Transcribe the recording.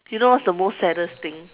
you know what's the most saddest thing